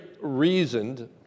reasoned